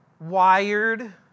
wired